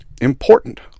Important